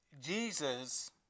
Jesus